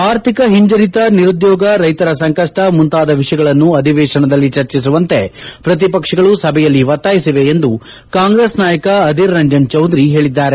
ಆರ್ಥಿಕ ಹಿಂಜರಿತ ನಿರುದ್ಲೋಗ ರೈತರ ಸಂಕಷ್ಷ ಮುಂತಾದ ವಿಷಯಗಳನ್ನು ಅಧಿವೇಶನದಲ್ಲಿ ಚರ್ಚಿಸುವಂತೆ ಪ್ರತಿಪಕ್ಷಗಳು ಸಭೆಯಲ್ಲಿ ಒತ್ತಾಯಿಸಿವೆ ಎಂದು ಕಾಂಗ್ರೆಸ್ ನಾಯಕ ಅಧಿರ್ ರಂಜನ್ ಚೌಧರಿ ಹೇಳಿದ್ದಾರೆ